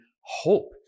hope